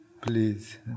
Please